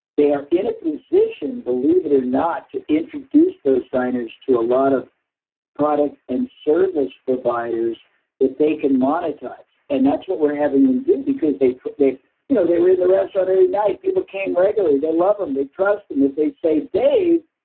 they are in a position, believe it or not, to introduce those diners to a lot of product and service providers that they can monetize. monetize. and that's what we're having them do because they they you know were in the restaurant every night. people came regularly. they love them. they trust them. if they say, dave,